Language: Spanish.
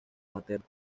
materna